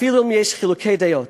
אפילו אם יש חילוקי דעות